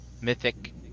mythic